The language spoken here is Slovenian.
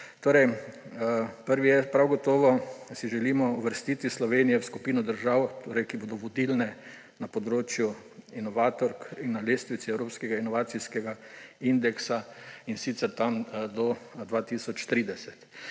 nekaj. Prvi je, prav gotovo si želimo uvrstiti Slovenijo v skupino držav, ki bodo vodilne na področju inovatork in na lestvici evropskega inovacijskega indeksa, in sicer tam do 2030.